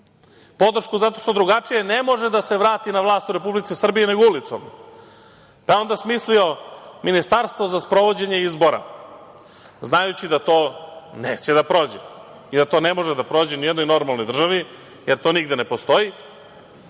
sebe. Podršku zato što drugačije ne može da se vrati na vlast u Republici Srbiji nego ulicom. Onda je smislio „ministarstvo za sprovođenje izbora“ znajući da to neće da prođe i da to ne može da prođe ni u jednoj normalnoj državi jer to nigde ne postoji